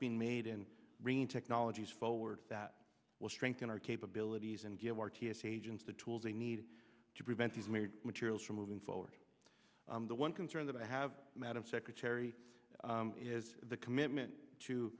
being made in bringing technologies forward that will strengthen our capabilities and give our t s a agents the tools they need to prevent these major materials from moving forward the one concern that i have madam secretary is the commitment to